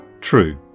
True